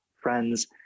friends